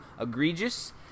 egregious